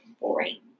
boring